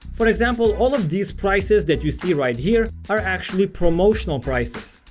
for example, all of these prices that you see right here are actually promotional prices.